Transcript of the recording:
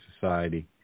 society